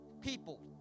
people